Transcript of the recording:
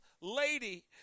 lady